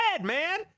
man